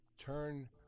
Turn